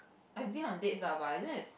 I did on date lah but I don't have